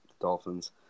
Dolphins